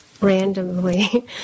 randomly